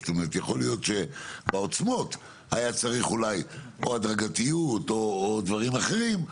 יכול להיות שבעוצמות היה צריך אולי או הדרגתיות או דברים אחרים,